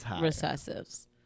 recessives